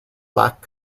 black